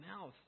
mouth